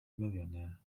millionaire